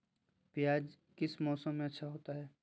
प्याज किस मौसम में अच्छा होता है?